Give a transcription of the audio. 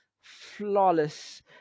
flawless